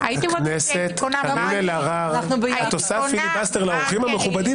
את עושה פיליבאסטר לאורחים המכובדים